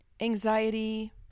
Anxiety